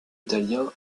italien